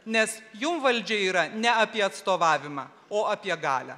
nes jum valdžia yra ne apie atstovavimą o apie galią